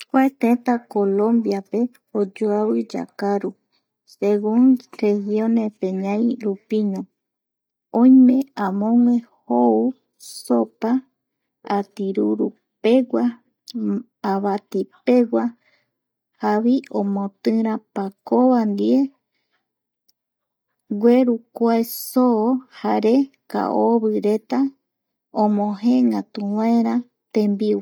Kua teta Colombiape oyoavi yakaru según regionepe ñairupiño, oime amogue jou sopa atirurupegua avatipegua javoi omotira pakova ndie gueru kuae soo jare kaovireta omojeengatuvaera tembiu